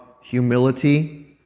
humility